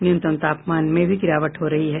न्यूनतम तापमान में भी गिरावट हो रही है